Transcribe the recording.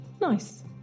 Nice